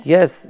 Yes